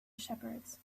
shepherds